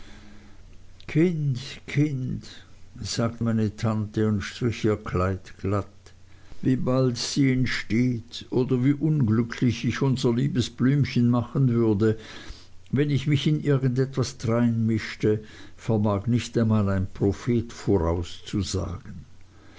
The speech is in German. kind kind sagte meine tante und strich ihr kleid glatt wie bald sie entsteht oder wie unglücklich ich unser liebes blümchen machen würde wenn ich mich in irgend etwas dreinmischte vermag nicht einmal ein prophet voraussagen